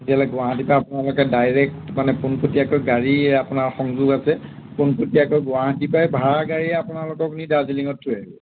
তেতিয়াহ'লে গুৱাহাটীৰ পৰা আপোনালোকে ডাইৰেক্ট মানে পোনপটিয়াকৈ গাড়ীৰ আপোনাৰ সংযোগ আছে পোনপটিয়াকৈ গুৱাহাটীৰ পৰাই ভাড়া গাড়ীয়ে আপোনালোকক নি দাৰ্জিলিঙত থৈ আহিব